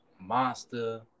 Monster